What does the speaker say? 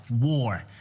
war